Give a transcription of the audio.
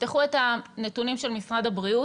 תפתחו את הנתונים של משרד הבריאות